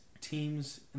teams